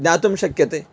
दातुं शक्यते